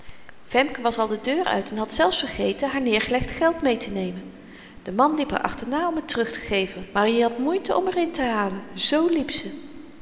femke was al de deur uit en had zelfs vergeten haar neêrgelegd geld meêtenemen de man liep haar achterna om t terug te geven maar i had moeite om r intehalen zoo liep ze